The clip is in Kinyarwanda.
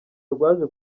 rwaje